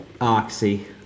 oxy